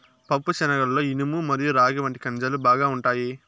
పప్పుశనగలలో ఇనుము మరియు రాగి వంటి ఖనిజాలు బాగా ఉంటాయి